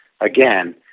again